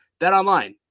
BetOnline